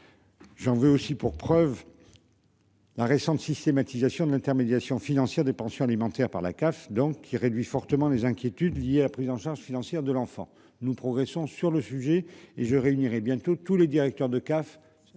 J'en veux aussi pour preuve. La récente systématisation de l'intermédiation financière des pensions alimentaires par la CAF donc qui réduit fortement les inquiétudes liées à la prise en charge financière de l'enfant. Nous progressons sur le sujet et je réunirai bientôt tous les directeurs de CAF